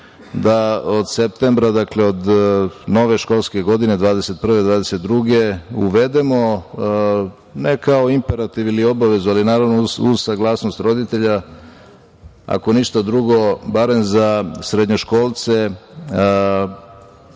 da od septembra, dakle, od nove školske godine 2021/2022 uvedemo, ne kao imperativ ili obavezu, ali naravno, uz svu saglasnost roditelja, ako ništa drugo barem za srednjoškolce